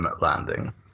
landing